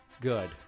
good